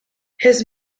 his